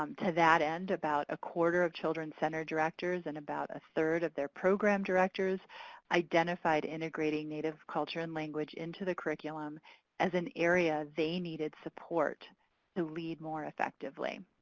um to that end, about a quarter of children center directors and about a third of their program directors identified integrating native culture and language into the curriculum as an area they needed support to lead more effectively.